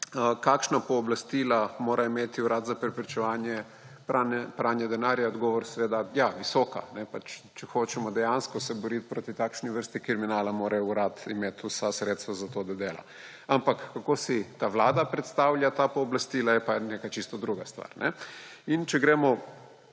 kakšna pooblastila mora imeti Urad za preprečevanje pranja denarja, je odgovor seveda – ja, visoka. Če se hočemo dejansko boriti proti takšni vrsti kriminala, mora Urad imeti vsa sredstva za to, da dela. Ampak kako si ta vlada predstavlja ta pooblastila, je pa čisto druga stvar. Če gremo